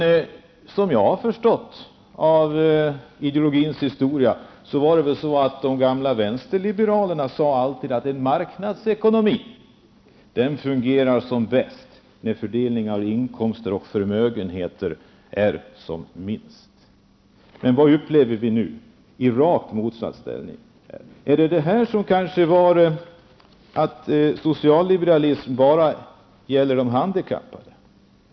Som jag förstått av ideologiernas historia sade de gamla vänsterliberalerna alltid att en marknadsekonomi fungerar som bäst när fördelningen av inkomster och förmögenheter är som mest lika. Men vad upplever vi nu? Raka motsatsen. Gäller socialliberalism bara de handikappade?